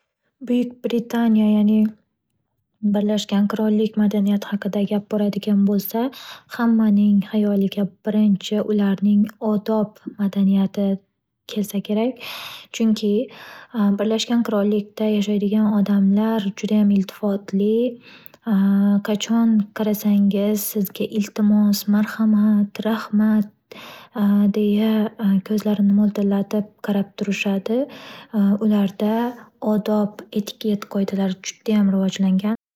Buyuk Briyaniya ya'ni birlashgan qirollik madaniyati haqida gap boradigan bo'lsa, hammaning xayoliga birinchi ularning odob madaniyati kelsa kerak, chunki birlashgan qirollikda yaxshaydigan odamlar judayam iltifotli qachon qarasangiz sizga iltimos, marhamat, rahmat deya kozlarini miltillatib qarab turishadi. Ularda odob etiket qoidalari judayam rivojlangan.